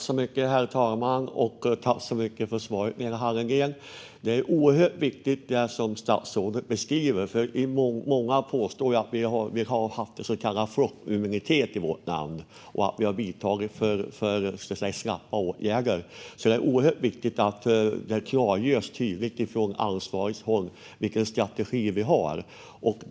Herr talman! Tack så mycket för svaret, Lena Hallengren! Det som statsrådet beskriver är oerhört viktigt, för många påstår ju att vi har haft en så kallad flockimmunitetsstrategi i vårt land och att vi har vidtagit för slappa åtgärder. Det är därför oerhört viktigt att det från ansvarigt håll klargörs tydligt vilken strategi vi har.